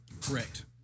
Correct